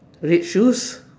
red shoes